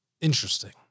Interesting